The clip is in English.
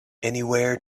anywhere